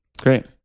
Great